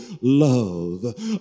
love